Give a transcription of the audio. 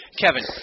Kevin